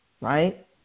right